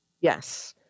Yes